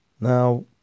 Now